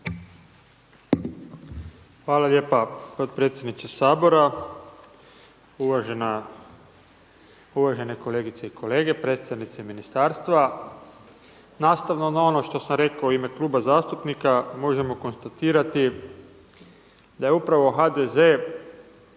Hvala lijepa potpredsjedniče Sabora, uvažene kolegice i kolege, predstavnici Ministarstva. Nastavno na ono što sam rekao u ime kluba zastupnika, možemo konstatirati da je upravo HDZ